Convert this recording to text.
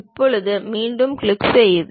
இப்போது மீண்டும் கிளிக் செய்க